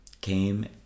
came